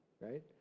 right